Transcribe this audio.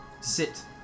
Sit